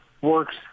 works